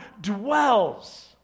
dwells